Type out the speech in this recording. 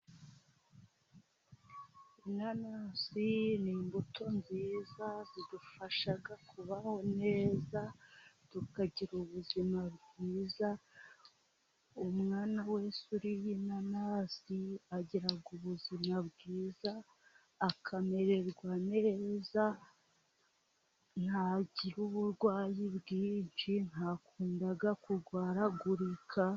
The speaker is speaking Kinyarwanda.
Inanasi ni imbuto nziza, zidufasha kubaho neza, tukagira ubuzima bwiza. Umwana wese uriye inanasi agira ubuzima bwiza, akamererwa neza, ntagira uburwayi bwinshi, ntakunda kurwaragurika.